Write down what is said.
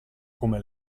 come